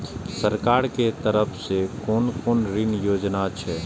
सरकार के तरफ से कोन कोन ऋण योजना छै?